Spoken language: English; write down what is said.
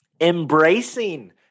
embracing